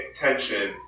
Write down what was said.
tension